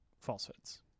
falsehoods